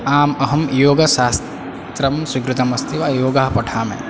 आम् अहं योगशास्त्रं स्वीकृतमस्ति वा योगः पठामि